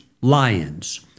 lions